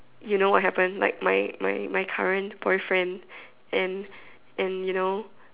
you know what happened like my my my current boyfriend and and you know